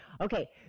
Okay